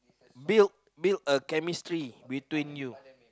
build build a chemistry between you